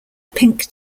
pink